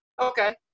Okay